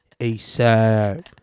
ASAP